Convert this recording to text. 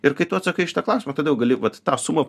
ir kai tu atsakai į šitą klausimą tada jau gali vat tą sumą